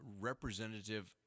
representative